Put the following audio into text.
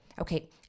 Okay